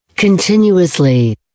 Continuously